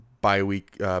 bi-week